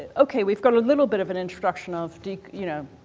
ok, we've got a little bit of an introduction of, you know,